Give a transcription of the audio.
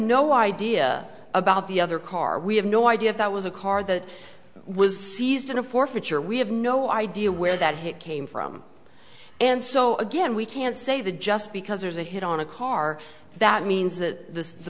no idea about the other car we have no idea if that was a car that was seized in a forfeiture we have no idea where that hit came from and so again we can't say the just because there's a hit on a car that means that the